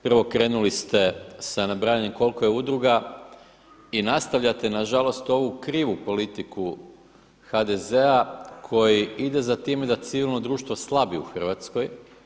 Prvo, krenuli ste sa nabrajanjem koliko je udruga i nastavljate nažalost ovu krivu politiku HDZ-a koji ide za time da civilno društvo slabi u Hrvatskoj.